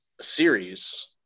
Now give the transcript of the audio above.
series